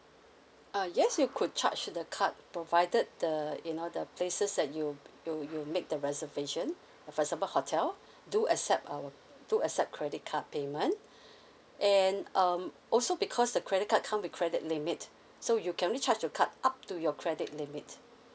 uh yes you could charge the card provided the you know the places that you you you make the reservation for example hotel do accept our do accept credit card payment and um also because the credit card come with credit limit so you can only charge the card up to your credit limit